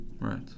right